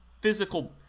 physical